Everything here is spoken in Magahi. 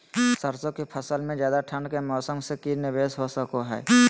सरसों की फसल में ज्यादा ठंड के मौसम से की निवेस हो सको हय?